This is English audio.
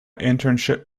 internship